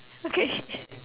okay